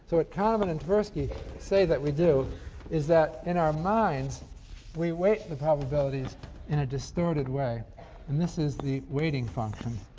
so kahneman and tversky say what we do is that in our minds we weight the probabilities in a distorted way and this is the weighting function.